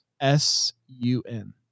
S-U-N